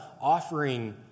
offering